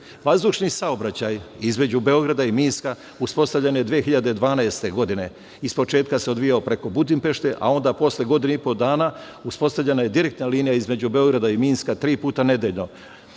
relaciji. Vazdušni saobraćaj između Beograda i Minska uspostavljen je 2012. godine i u početku se odvijao preko Budimpešte, a onda posle godinu i po dana uspostavljena je direktna linija između Beograda i Minska tri puta nedeljno,